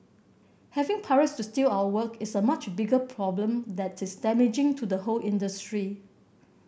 having pirates steal our work is a much bigger problem that is damaging to the whole industry